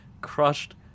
crushed